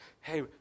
hey